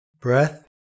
breath